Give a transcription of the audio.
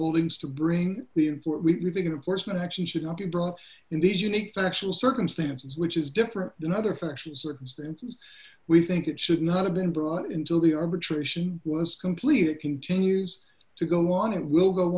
holdings to bring in for thinking reports and actually should not be brought in the unique factual circumstances which is different than other functions circumstances we think it should not have been brought into the arbitration was complete it continues to go on it will go